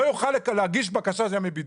לא יוכל להגיש בקשה לימי בידוד.